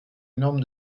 norme